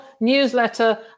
newsletter